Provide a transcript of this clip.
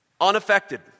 Unaffected